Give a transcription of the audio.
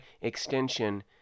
extension